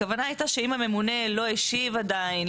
הכוונה היתה שאם הממונה לא השיב עדיין,